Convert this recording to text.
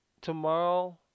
tomorrow